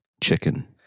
Chicken